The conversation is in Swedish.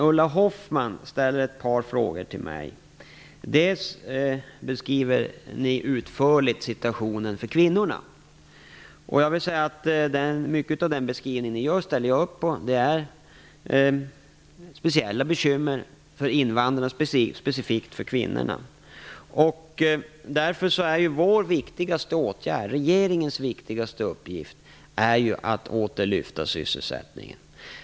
Ulla Hoffmann ställde ett par frågor till mig. Hon beskrev utförligt situationen för kvinnorna. Jag instämmer i mycket av den beskrivningen. Det är speciella bekymmer med invandrarkvinnorna. Därför är regeringens uppgift att åter öka sysselsättningen.